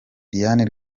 diane